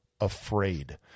afraid